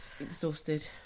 exhausted